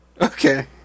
Okay